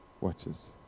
watches